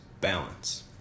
balance